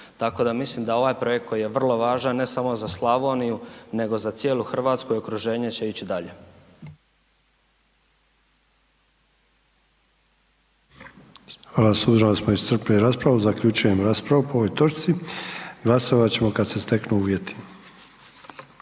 Tako da mislim da ovaj projekt koji je vrlo važan ne samo za Slavoniju, nego za cijelu Hrvatsku i okruženje će ići dalje. **Sanader, Ante (HDZ)** Hvala. S obzirom da smo iscrpili raspravu, zaključujem raspravu po ovoj točci, glasovat ćemo kad se steknu uvjeti.